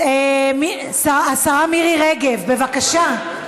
השרה מירי רגב, בבקשה.